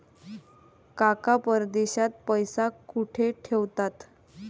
काका परदेशात पैसा कुठे ठेवतात?